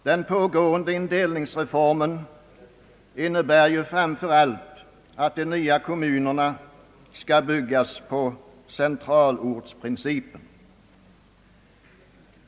Den pågående indelningsreformen innebär framför allt att de nya kommunerna skall byggas på centralortsprincipen.